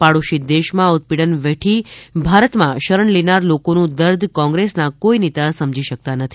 પાડોશી દેશ માં ઉત્પીડન વેઠી ભારત માં શરણ લેનાર લોકો નું દર્દ કોંગ્રેસ ના કોઈ નેતા સમજી શકતા નથી